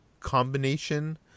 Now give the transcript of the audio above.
combination